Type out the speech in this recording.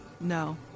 No